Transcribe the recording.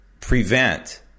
prevent